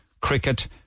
cricket